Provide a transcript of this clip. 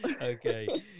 Okay